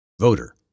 voter